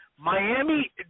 Miami